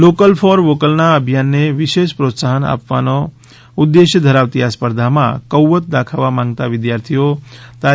local for વૉકલના અભિયાનને વિશેષ પ્રોત્સાહન આપવાનો ઉદ્દેશ ધરાવતી આ સ્પર્ધા માં કૌવત દાખવવા માંગતા વિદ્યાર્થીઓ તા